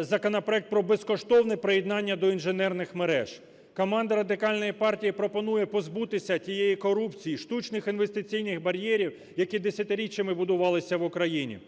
законопроект про безкоштовне приєднання до інженерних мереж. Команда Радикальної партії пропонує позбутися тієї корупції, штучних інвестиційних бар'єрів, які десятиріччями будувалися в Україні.